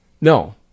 No